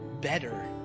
better